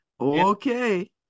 Okay